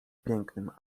pięknym